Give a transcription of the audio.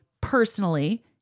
personally